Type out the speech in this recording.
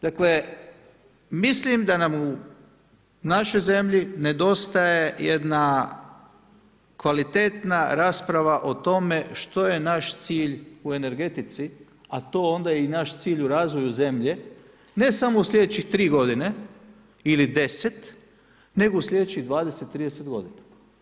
Dakle, mislim da nam u našoj zemlji nedostaje jedna kvalitetna rasprava o tome što je naš cilj u energetici, a to je onda i naš cilj u razvoju zemlje ne samo u sljedećih 3 godine ili 10, nego u sljedećih 20, 30 godina.